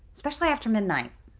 especially after midnight.